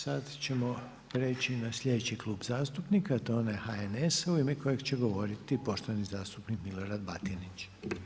Sad ćemo prijeći na slijedeći Klub zastupnika a to je ona HNS-a u ime kojeg će govoriti poštovani zastupnik Milorad Batinić.